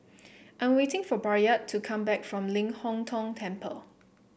I am waiting for Bayard to come back from Ling Hong Tong Temple